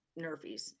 Nerfies